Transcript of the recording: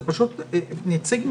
נציג ממשלה,